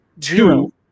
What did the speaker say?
Two